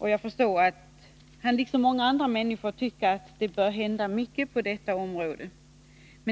Jag förstår att han, liksom många andra, tycker att det bör hända mycket på detta område.